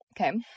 Okay